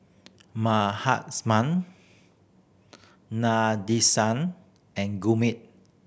Mahatma Nadesan and Gurmeet